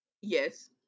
Yes